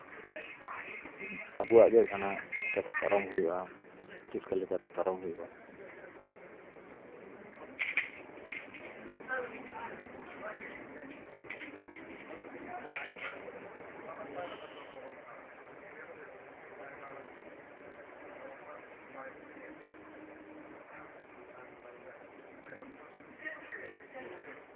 ᱟᱵᱚᱣᱟᱜ ᱜᱮ ᱠᱟᱱᱟ ᱪᱮᱠᱟᱛᱮ ᱯᱟᱨᱚᱢ ᱦᱩᱭᱩᱜᱼᱟ ᱪᱮᱫᱞᱮᱠᱟᱛᱮ ᱯᱟᱨᱚᱢ ᱦᱩᱭᱩᱜᱼᱟ